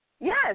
Yes